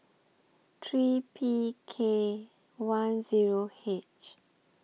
three P K one Zero H